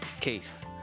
Keith